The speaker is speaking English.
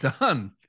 done